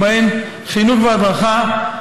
ובהן חינוך והדרכה,